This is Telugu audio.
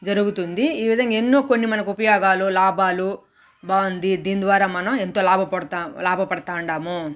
జరుగుతుంది ఈ విధంగా ఎన్నో కొన్ని మనకు ఉపయోగాలు లాభాలు బాగుంది దీని ద్వారా మనం ఎంతో లాభ పడతా లాభ పడతా ఉండాము